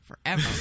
forever